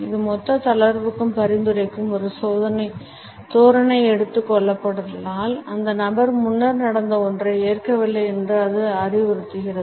இது மொத்த தளர்வுக்கு பரிந்துரைக்கும் ஒரு தோரணை எவ்வாறாயினும் கலந்துரையாடலின் போது இந்த தோரணை எடுத்துக் கொள்ளப்பட்டால் அந்த நபர் முன்னர் நடந்த ஒன்றை ஏற்கவில்லை என்று அது அறிவுறுத்துகிறது